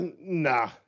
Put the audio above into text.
nah